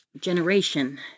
generation